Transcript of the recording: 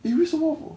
eh 为什么